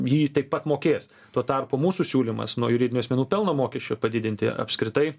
jį taip pat mokės tuo tarpu mūsų siūlymas nuo juridinių asmenų pelno mokesčio padidinti apskritai